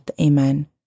Amen